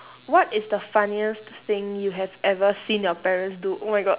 what is the funniest thing you have ever seen your parents do oh my god